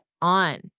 on